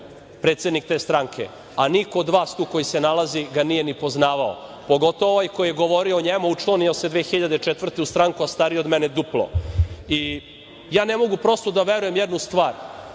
predsednik te stranke, a niko od vas tu koji se nalazi ga nije ni poznavao, pogotovu ovaj koji je govorio o njemu, a učlanio se 2004. godine u stranku, a stariji je od mene duplo. Ne mogu prosto da verujem jednu stvar.